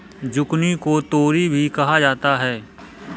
zucchini को तोरी भी कहा जाता है